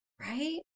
Right